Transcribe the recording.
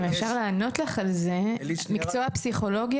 אם אפשר לענות לך על זה: מקצוע הפסיכולוגיה